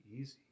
easy